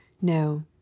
no